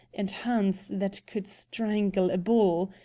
and hands that could strangle a bull.